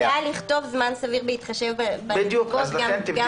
אפשר לכתוב זמן סביר בהתחשב בנסיבות גם בלי